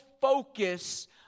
focus